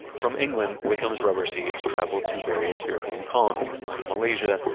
from england, wickham's rubber seeds traveled to various european colonies like malaysia,